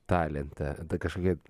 talentą ta kažkokia